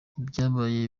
ivyabaye